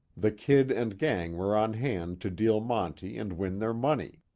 the kid and gang were on hand to deal monte and win their money.